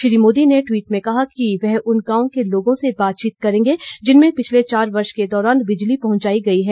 श्री मोदी ने टवीट में कहा वह उन गांवों के लोगों से बातचीत करेंगे जिनमें पिछले चार वर्ष के दौरान बिजली पहुंचाई गई है